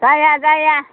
जाया जाया